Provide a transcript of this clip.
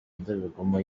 ndorerwamo